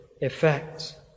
effect